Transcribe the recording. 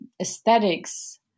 aesthetics